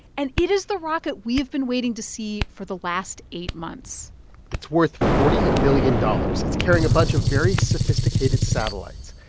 and it is the rocket we have been waiting to see for the last eight months it's worth forty million dollars. it's carrying a bunch of very sophisticated satellites.